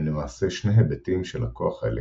הם למעשה שני היבטים של הכוח האלקטרו-חלש.